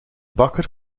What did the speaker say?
bakker